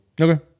okay